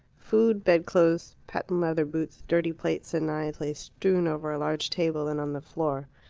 food, bedclothes, patent-leather boots, dirty plates, and knives lay strewn over a large table and on the floor.